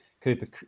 Cooper